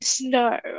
no